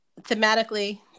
thematically